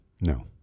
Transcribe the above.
No